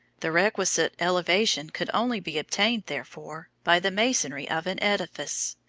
the requisite elevation could only be attained, therefore, by the masonry of an edifice,